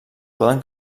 poden